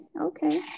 Okay